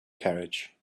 carriage